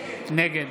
נגד